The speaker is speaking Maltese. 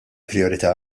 prijorità